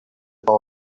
boy